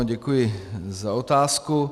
Děkuji za otázku.